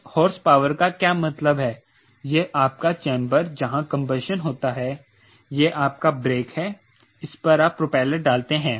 उस हॉर्सपावर का क्या मतलब है यह आपका चैंबर जहां कंबस्शन होता है यह आपका ब्रेक है इस पर आप प्रोपेलर डालते हैं